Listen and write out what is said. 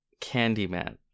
Candyman